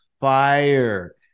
fire